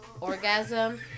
orgasm